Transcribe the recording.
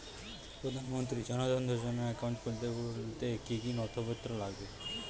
প্রধানমন্ত্রী জন ধন যোজনার একাউন্ট খুলতে কি কি নথিপত্র লাগবে?